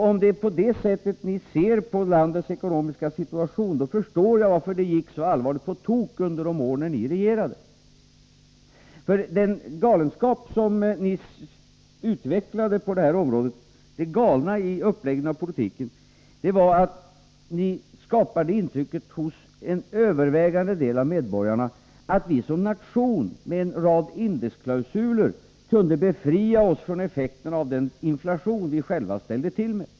Om det är på det sättet ni ser på landets ekonomiska situation, förstår jag varför det gick så på tok under de år som ni regerade. Den galenskap som ni utvecklade på det här området, det galna i uppläggningen av politiken, var att ni skapade intrycket hos en övervägande del av medborgarna, att vi som nation med en rad indexklausuler kunde befria oss från effekten av den inflation vi själva ställde till med.